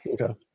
Okay